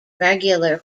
regular